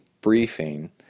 briefing